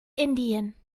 indien